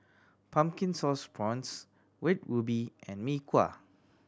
Pumpkin Sauce Prawns Red Ruby and Mee Kuah